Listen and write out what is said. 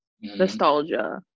nostalgia